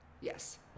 Yes